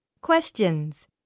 Questions